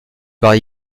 par